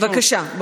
בבקשה,